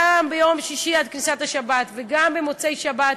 גם ביום שישי עד כניסת השבת וגם במוצאי-שבת,